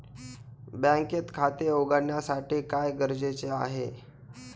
बँकेत खाते उघडण्यासाठी काय गरजेचे आहे?